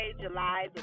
July